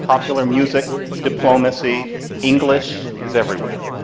popular music, diplomacy english is everywhere.